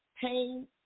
Pain